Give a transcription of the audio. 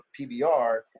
PBR